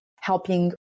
helping